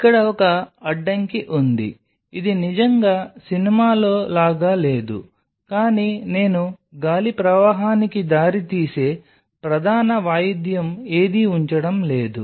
ఇక్కడ ఒక అడ్డంకి ఉంది ఇది నిజంగా సినిమాలో లాగా లేదు కానీ నేను గాలి ప్రవాహానికి దారితీసే ప్రధాన వాయిద్యం ఏదీ ఉంచడం లేదు